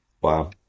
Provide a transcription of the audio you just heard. Wow